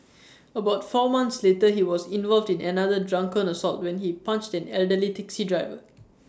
about four months later he was involved in another drunken assault when he punched an elderly taxi driver